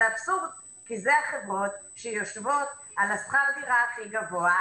זה אבסורד כי אלה החברות שיושבות על שכר הדירה הכי גבוה,